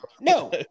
No